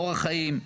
אורח חיים,